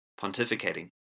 pontificating